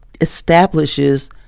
establishes